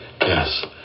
Yes